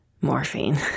Morphine